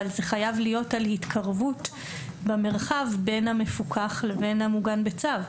אבל זה חייב להיות על התקרבות במרחב בין המפוקח לבין המוגן בצו.